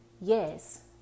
yes